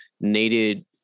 needed